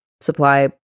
supply